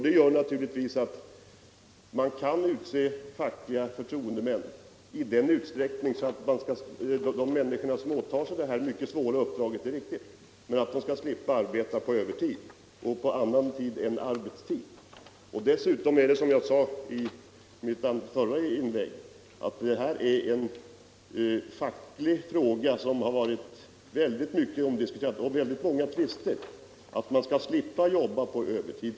Det gör naturligtvis att det kan utses ett så stort antal människor till detta i och för sig mycket svåra uppdrag, att de som åtar sig det slipper arbeta på övertid och på annan tid än arbetstid. Dessutom är detta, som jag sade i mitt förra inlägg, en facklig fråga. Den har varit omdiskuterad, och det har förekommit många tvister vad gäller att slippa arbeta på övertid.